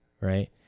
right